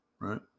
Right